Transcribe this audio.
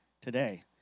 today